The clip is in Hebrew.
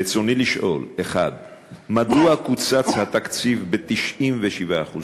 ברצוני לשאול: 1. מדוע קוצץ התקציב ב-97%?